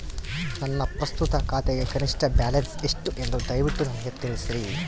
ನನ್ನ ಪ್ರಸ್ತುತ ಖಾತೆಗೆ ಕನಿಷ್ಠ ಬ್ಯಾಲೆನ್ಸ್ ಎಷ್ಟು ಎಂದು ದಯವಿಟ್ಟು ನನಗೆ ತಿಳಿಸ್ರಿ